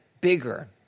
bigger